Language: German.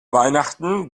weihnachten